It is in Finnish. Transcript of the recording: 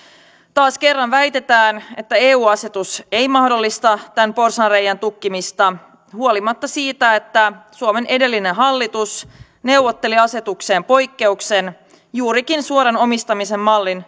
taas kerran väitetään että eu asetus ei mahdollista tämän porsaanreiän tukkimista huolimatta siitä että suomen edellinen hallitus neuvotteli asetukseen poikkeuksen juurikin suoran omistamisen mallin